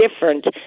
different